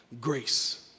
grace